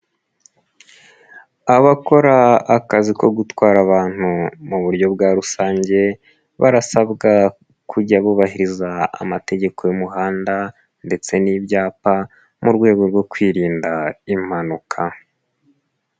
Abakora akazi ko gutwara abantu mu buryo bwa rusange barasabwa kujya bubahiriza amategeko y'umuhanda ndetse n'ibyapa mu rwego rwo kwirinda impanuka.